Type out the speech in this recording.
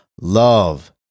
love